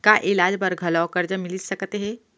का इलाज बर घलव करजा मिलिस सकत हे?